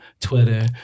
Twitter